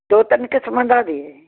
ਦੋ ਤਿੰਨ ਕਿਸਮਾਂ ਦੇ ਐ